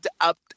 up